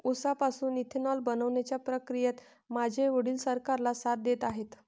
उसापासून इथेनॉल बनवण्याच्या प्रक्रियेत माझे वडील सरकारला साथ देत आहेत